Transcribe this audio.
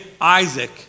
Isaac